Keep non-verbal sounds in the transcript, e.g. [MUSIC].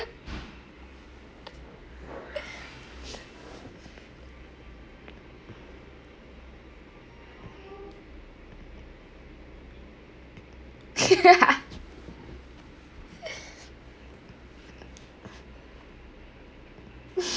[LAUGHS]